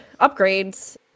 upgrades